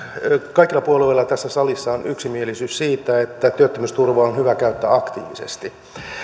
kaikilla puolueilla tässä salissa on yksimielisyys siitä että työttömyysturva on hyvä käyttää aktiivisesti